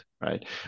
right